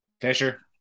Fisher